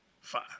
Five